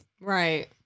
Right